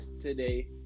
today